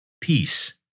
peace